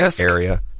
area